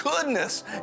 goodness